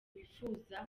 wifuza